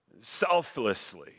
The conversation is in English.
selflessly